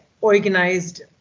organized